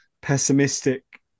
pessimistic